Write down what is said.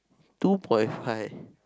two point five